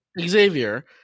Xavier